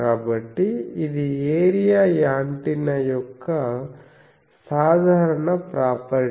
కాబట్టి ఇది area antenna యొక్క సాధారణ ప్రాపర్టీ